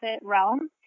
realm